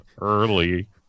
early